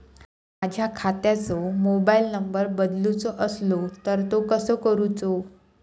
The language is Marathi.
माझ्या खात्याचो मोबाईल नंबर बदलुचो असलो तर तो कसो करूचो?